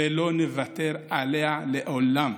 ולא נוותר עליה לעולם.